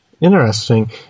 Interesting